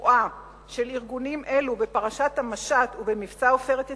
הצבועה של ארגונים אלו בפרשת המשט ובמבצע "עופרת יצוקה",